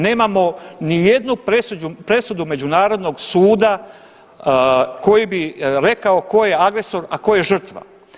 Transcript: Nemamo ni jednu presudu Međunarodnog suda koji bi rekao tko je agresor, a tko je žrtva.